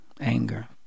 Anger